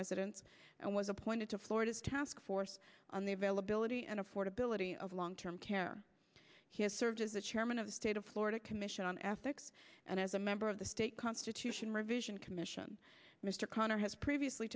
residents and was appointed to florida's taskforce on the availability and affordability of long term care he has served as the chairman of the state of florida commission on ethics and as a member of the state constitution revision commission mr connor has previously